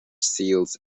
seals